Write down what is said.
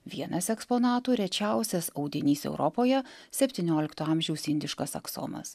vienas eksponatų rečiausias audinys europoje septyniolikto amžiaus indiškas aksomas